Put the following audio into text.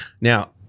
Now